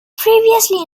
previously